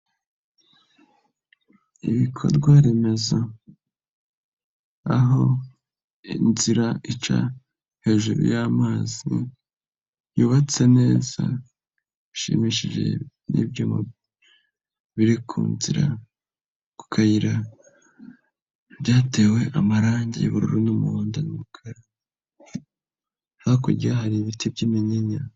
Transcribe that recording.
Ibikorwa remezo, aho inzira ica hejuru y'amazi yubatse neza bishimishije, n'ibyuma biri kunzira ku kayira byatewe amarangi y'ubururu n'umuhondo n'umukara. Hakurya hakaba hari ibiti by'iminyinya.